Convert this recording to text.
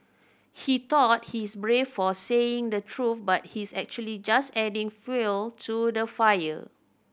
he thought he's brave for saying the truth but he's actually just adding fuel to the fire